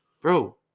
Bro